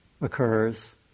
occurs